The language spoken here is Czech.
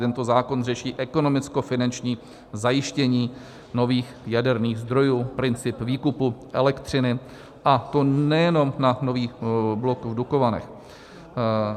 Tento zákon řeší ekonomickofinanční zajištění nových jaderných zdrojů, princip výkupu elektřiny, a to nejenom z nových bloků v Dukovanech.